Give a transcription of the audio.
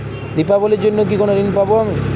দীপাবলির জন্য কি কোনো ঋণ পাবো আমি?